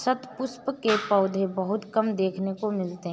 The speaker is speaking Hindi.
शतपुष्प के पौधे बहुत कम देखने को मिलते हैं